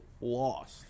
lost